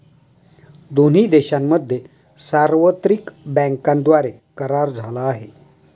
दोन्ही देशांमध्ये सार्वत्रिक बँकांद्वारे करार झाला आहे